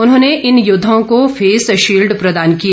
उन्होंने इन योद्वाओं को फेस शील्ड प्रदान किए